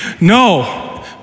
No